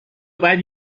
باید